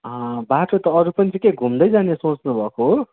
बाटो त अरू पनि छ के घुम्दै जाने सोच्नुभएको हो